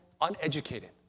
uneducated